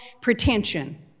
pretension